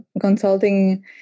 consulting